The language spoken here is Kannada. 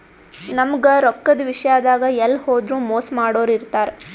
ನಮ್ಗ್ ರೊಕ್ಕದ್ ವಿಷ್ಯಾದಾಗ್ ಎಲ್ಲ್ ಹೋದ್ರು ಮೋಸ್ ಮಾಡೋರ್ ಇರ್ತಾರ